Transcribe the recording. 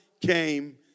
came